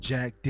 Jack